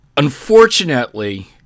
Unfortunately